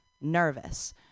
nervous